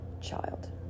child